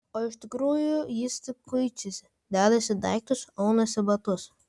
o iš tikrųjų jis tik kuičiasi dedasi daiktus aunasi batus